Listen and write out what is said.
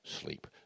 sleep